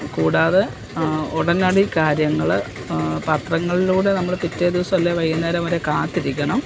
കൂടാതെ ഉടനടി കാര്യങ്ങൾ പത്രങ്ങളിലൂടെ നമ്മൾ പിറ്റേ ദിവസം അല്ലെ വൈകുന്നേരം വരെ കാത്തിരിക്കണം